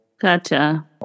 Gotcha